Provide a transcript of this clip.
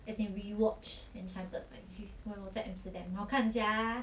as in we watch enchanted like 我在 amsterdam 好看 sia